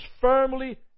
firmly